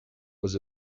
was